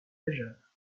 majeure